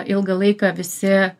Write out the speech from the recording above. ilgą laiką visi